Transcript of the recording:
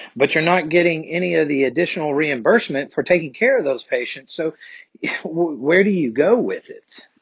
but you're not getting any of the additional reimbursement for taking care of those patients. so where do you go with it?